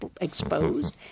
exposed